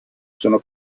sono